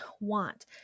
want